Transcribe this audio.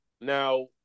Now